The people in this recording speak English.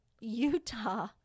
utah